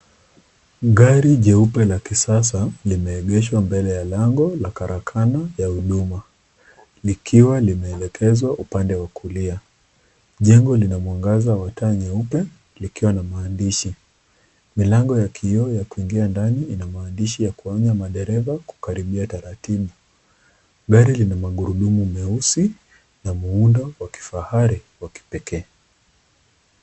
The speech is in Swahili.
Gari jeupe la kisasa limeegeshwa mbele ya lango la karakana ya huduma, likiwa limeelekezwa upande wa kulia. Jengo lina mwangaza wa taa nyeupe likiwa na maandishi. Milango ya kioo ya kuingia ndani maandishi ya kuonya madereva kukaribia taratibu. Gari lina magurudumu meusi na muundo wa kifahari wa kipekee.